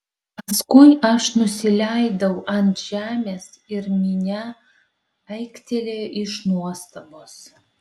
paskui aš nusileidau ant žemės ir minia aiktelėjo iš nuostabos